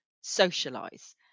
socialize